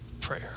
prayer